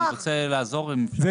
אני רוצה לעזור אם אפשר.